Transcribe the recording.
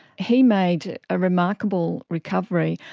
he made a remarkable recovery.